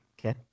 Okay